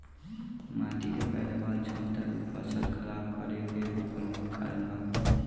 माटी के पैदावार क्षमता भी फसल खराब करे के एगो प्रमुख कारन बा